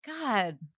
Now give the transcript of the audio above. god